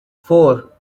four